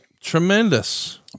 tremendous